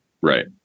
Right